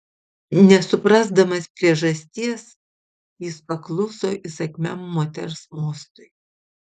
nesuprasdamas priežasties jis pakluso įsakmiam moters mostui